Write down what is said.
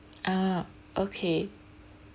uh okay